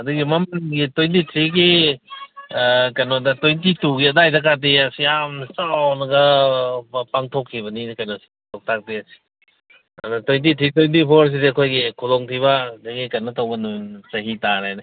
ꯑꯗꯒꯤ ꯃꯃꯥꯡꯒꯤ ꯇ꯭ꯋꯦꯟꯇꯤ ꯊ꯭ꯔꯤꯒꯤ ꯀꯩꯅꯣꯗ ꯇ꯭ꯋꯦꯟꯇꯤ ꯇꯨꯒꯤ ꯑꯗꯨꯏꯗꯒꯗꯤ ꯑꯁ ꯌꯥꯝ ꯆꯥꯎꯅꯒ ꯄꯥꯡꯊꯣꯛꯈꯤꯕꯅꯤꯅꯦ ꯀꯩꯅꯣꯁꯦ ꯂꯣꯛꯇꯥꯛ ꯗꯦꯁꯦ ꯑꯗ ꯇ꯭ꯋꯦꯟꯇꯤ ꯊ꯭ꯔꯤ ꯇ꯭ꯋꯦꯟꯇꯤ ꯐꯣꯔꯁꯤꯗꯤ ꯑꯩꯈꯣꯏꯒꯤ ꯈꯨꯗꯣꯡ ꯊꯤꯕ ꯑꯗꯒꯤ ꯀꯩꯅꯣ ꯇꯧꯕ ꯅꯨꯃꯤꯠ ꯆꯍꯤ ꯇꯥꯔꯦꯅꯦ